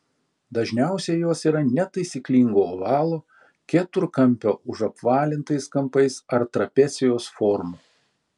dažniausiai jos yra netaisyklingo ovalo keturkampio užapvalintais kampais ar trapecijos formų